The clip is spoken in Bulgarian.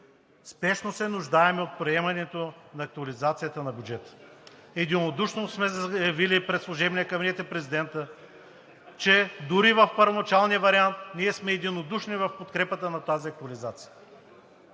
спешно се нуждаем от приемането на актуализацията на бюджета и сме заявили пред служебния кабинет и президента, че дори в първоначалния ѝ вариант, сме единодушни в подкрепата на тази актуализация.